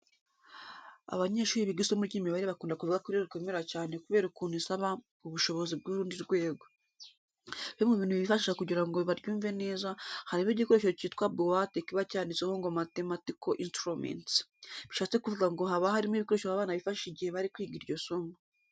Abanyeshuri biga isomo ry'imibare bakunda kuvuga ko rikomera cyane kubera ukuntu isaba ubushishozi bw'urundi rwego. Bimwe mu bintu bifashisha kugira ngo baryumve neza, harimo igikoresho cyitwa buwate kiba cyanditseho ngo mathematical instruments, bishatse kuvuga ko haba harimo ibikoresho abana bifashisha igihe bari kwiga iryo somo.